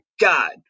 God